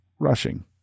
rushing